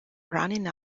running